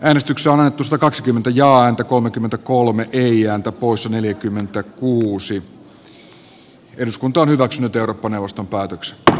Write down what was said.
äänestyksen aloitusta kakskymmentä joan kolmekymmentäkolme kirjainta pois neljäkymmentä käsittelyn pohjana on perustuslakivaliokunnan mietintö